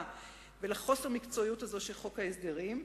ולחוסר המקצועיות הזאת של חוק ההסדרים.